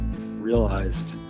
realized